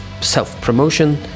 self-promotion